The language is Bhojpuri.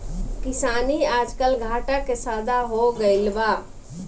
किसानी आजकल घाटा के सौदा हो गइल बा